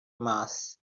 mars